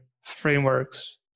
frameworks